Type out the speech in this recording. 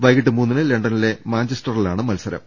വൈകിട്ട് മൂന്നിന് ലണ്ടനിലെ മാഞ്ചസ്റ്ററിലാണ് മത്സ രം